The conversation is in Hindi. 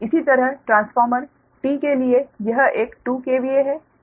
इसी तरह ट्रांसफॉर्मर T के लिए यह एक 2KVA है